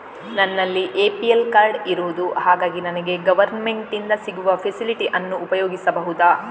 ನನ್ನಲ್ಲಿ APL card ಇರುದು ಹಾಗಾಗಿ ನನಗೆ ಗವರ್ನಮೆಂಟ್ ಇಂದ ಸಿಗುವ ಫೆಸಿಲಿಟಿ ಅನ್ನು ಉಪಯೋಗಿಸಬಹುದಾ?